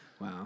Wow